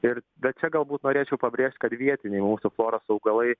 ir bet čia galbūt norėčiau pabrėžt kad vietiniai mūsų floros augalai